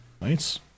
Nice